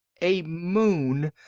a moon!